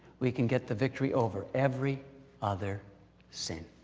we can get the victory over every other sin.